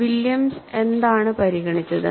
Williams എന്താണ് പരിഗണിച്ചത്